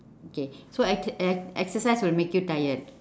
okay so e~ e~ exercise will make you tired